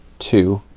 two,